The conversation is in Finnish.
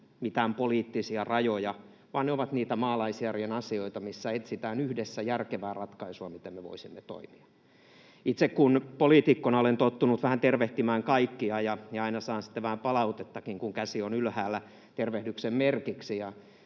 mitään poliittisia rajoja, vaan ne ovat niitä maalaisjärjen asioita, joissa etsitään yhdessä järkevää ratkaisua, miten me voisimme toimia. Itse poliitikkona olen tottunut tervehtimään vähän kaikkia ja aina saan sitten vähän palautettakin, kun käsi on ylhäällä tervehdyksen merkiksi.